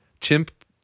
chimp